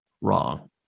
Wrong